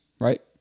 right